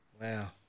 Wow